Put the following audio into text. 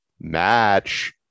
match